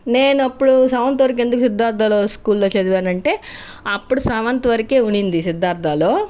నేను అప్పుడు సెవెంత్ వరకు ఎందుకు సిద్ధార్థలో స్కూల్ లో చదివాను అంటే అప్పుడు సెవెంత్ వరకే ఉన్నది సిద్ధార్థలో